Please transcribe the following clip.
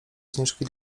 zniżki